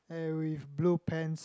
and with blue pants